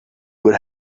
would